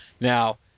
Now